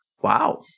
Wow